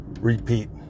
Repeat